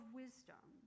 wisdom